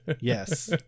Yes